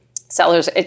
Sellers